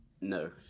No